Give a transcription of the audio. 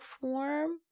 form